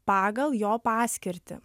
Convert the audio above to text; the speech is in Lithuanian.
pagal jo paskirtį